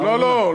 לא, לא.